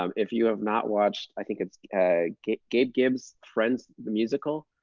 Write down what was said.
um if you have not watched, i think it's gabe gibbs's friends musical,